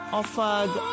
offered